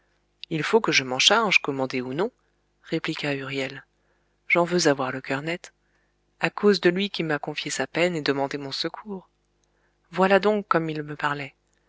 il faut que je m'en charge commandé ou non répliqua huriel j'en veux avoir le coeur net à cause de lui qui m'a confié sa peine et demandé mon secours voilà donc comme il me parlait